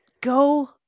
Go